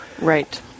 Right